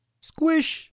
Squish